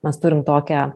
mes turim tokią